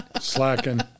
Slacking